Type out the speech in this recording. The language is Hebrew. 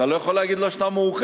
אתה לא יכול להגיד לו: אתה מעוכב,